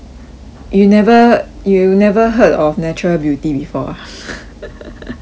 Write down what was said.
you never you never heard of natural beauty before ah